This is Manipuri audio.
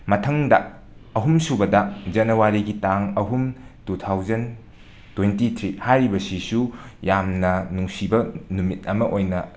ꯃꯊꯪꯗ ꯑꯍꯨꯝꯁꯨꯕꯗ ꯖꯟꯅꯋꯥꯔꯤꯒꯤ ꯇꯥꯡ ꯑꯍꯨꯝ ꯇꯨ ꯊꯥꯎꯖꯟ ꯇ꯭ꯋꯦꯟꯇꯤ ꯊ꯭ꯔꯤ ꯍꯥꯏꯔꯤꯕꯁꯤꯁꯨ ꯌꯥꯝꯅ ꯅꯨꯡꯁꯤꯕ ꯅꯨꯃꯤꯠ ꯑꯃ ꯑꯣꯏꯅ